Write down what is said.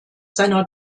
seiner